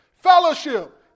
fellowship